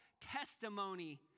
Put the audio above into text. testimony